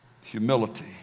humility